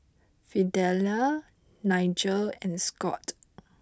Fidelia Nigel and Scott